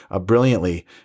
brilliantly